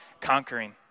conquering